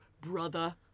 brother